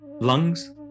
lungs